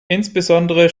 insbesondere